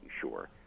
sure